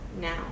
now